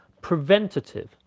preventative